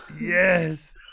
Yes